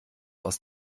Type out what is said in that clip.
aus